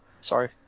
Sorry